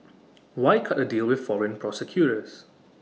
why cut A deal with foreign prosecutors